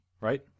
right